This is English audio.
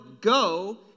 go